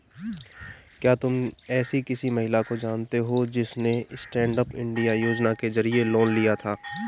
क्या तुम एसी किसी महिला को जानती हो जिसने स्टैन्डअप इंडिया योजना के जरिए लोन लिया था?